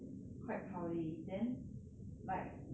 quite cloudy then like